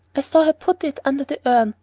i saw her put it under the urn.